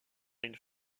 une